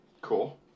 Cool